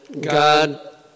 God